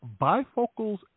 bifocals